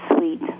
sweet